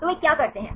तो वे क्या करते हैं